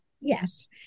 Yes